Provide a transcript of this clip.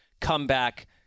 comeback